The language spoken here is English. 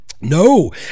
No